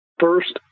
first